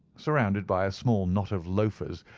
surrounded by a small knot of loafers,